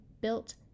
built